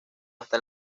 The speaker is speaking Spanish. hasta